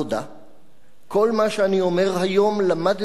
כל מה שאני אומר היום למדתי על ברכיה,